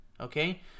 Okay